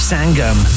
Sangam